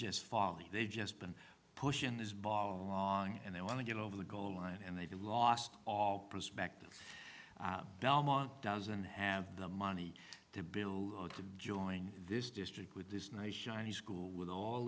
just falling they've just been pushing this bar along and they want to get over the goal line and they lost all perspective belmont doesn't have the money to build to join this district with this nice shiny school with all